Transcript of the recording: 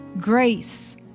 grace